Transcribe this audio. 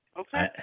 Okay